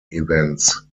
events